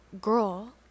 girl